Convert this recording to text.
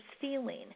feeling